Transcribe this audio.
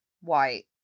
white